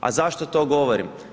A zašto to govorim?